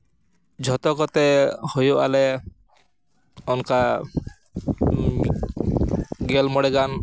ᱡᱷᱚᱛᱚ ᱠᱚᱛᱮ ᱦᱩᱭᱩᱜ ᱟᱞᱮ ᱚᱱᱠᱟ ᱜᱮᱞ ᱢᱚᱬᱮᱜᱟᱱ